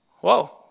whoa